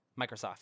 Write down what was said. Microsoft